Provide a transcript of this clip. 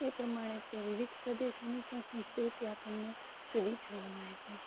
તે પ્રમાણે તે વિવિધ પ્રદેશોની પણ સંસ્કૃતિ આપણને જુદી જોવા મળે છે